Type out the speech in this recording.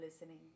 listening